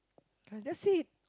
guys that's it